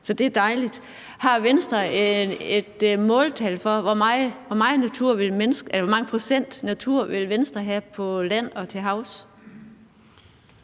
Så det er dejligt. Har Venstre et måltal for, hvor mange procent natur Venstre vil have på land og til havs?